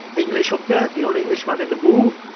english hooker, the only englishman in the move,